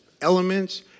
elements